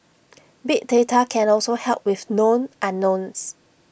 big data can also help with known unknowns